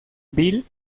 bill